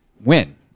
win